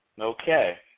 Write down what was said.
Okay